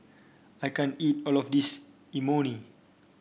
I can't eat all of this Imoni